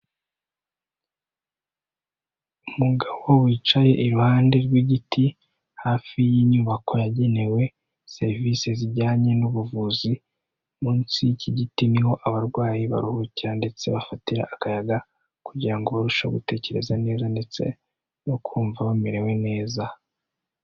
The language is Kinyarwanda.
Umugabo wicaye iruhande rw'igiti hafi y'inyubako yagenewe serivisi zijyanye n'ubuvuzi munsi y'iki giti niho abarwayi baruhukira ndetse bafatira akayaga kugirango barusheho gutekereza neza ndetse no kumva bamerewe neza.